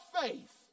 faith